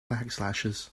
backslashes